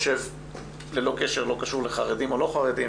ללא קשר לחרדים או לא חרדים,